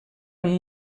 amb